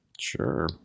Sure